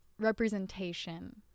representation